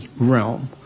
realm